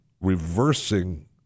reversing